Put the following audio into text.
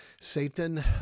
Satan